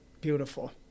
Beautiful